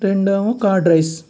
రెండేమో curd rice